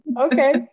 Okay